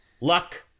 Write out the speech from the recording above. Luck